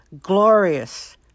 glorious